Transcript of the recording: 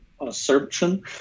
assertion